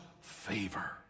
favor